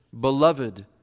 beloved